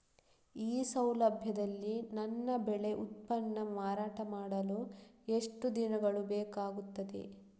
ಈ ಸೌಲಭ್ಯದಲ್ಲಿ ನನ್ನ ಬೆಳೆ ಉತ್ಪನ್ನ ಮಾರಾಟ ಮಾಡಲು ಎಷ್ಟು ದಿನಗಳು ಬೇಕಾಗುತ್ತದೆ?